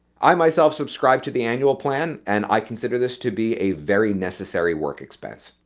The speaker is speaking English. i myself subscribe to the annual plan, and i consider this to be a very necessary work expense.